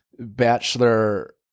Bachelor